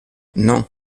non